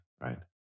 right